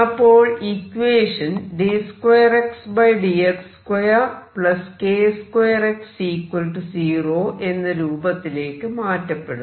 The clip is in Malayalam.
അപ്പോൾ ഇക്വേഷൻ d2Xdx2k2X0 എന്ന രൂപത്തിലേക്ക് മാറ്റപ്പെടുന്നു